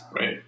Right